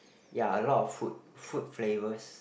ya a lot of food fruit flavors